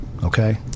Okay